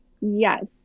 Yes